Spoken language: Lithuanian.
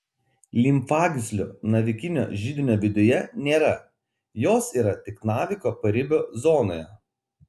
limfagyslių navikinio židinio viduje nėra jos yra tik naviko paribio zonoje